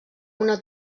una